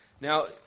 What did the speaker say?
Now